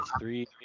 three